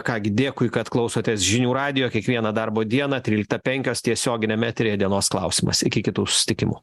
ką gi dėkui kad klausotės žinių radijo kiekvieną darbo dieną trylikta penkios tiesioginiame eteryje dienos klausimas iki kitų susitikimų